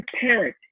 parent